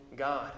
God